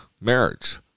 marriage